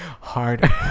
Hard